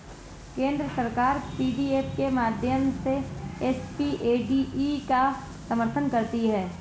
केंद्र सरकार पी.डी.एफ के माध्यम से एस.पी.ए.डी.ई का समर्थन करती है